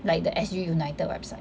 like the S_G united website